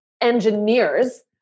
engineers